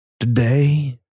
Today